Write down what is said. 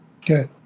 good